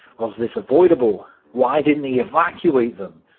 was this avoidable? why didn't they evacuate them?